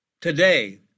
today